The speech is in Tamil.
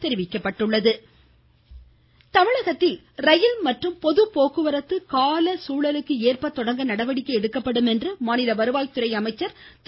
உதயகுமாா் தமிழகத்தில் ரயில் மற்றும் பொது போக்குவரத்து கால சூழலுக்கு ஏற்ப தொடங்க நடவடிக்கை எடுக்கப்படும் என்று மாநில வருவாய் துறை அமைச்சர் திரு